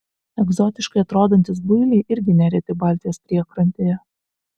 egzotiškai atrodantys builiai irgi nereti baltijos priekrantėje